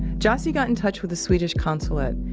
jassy got in touch with the swedish consulate,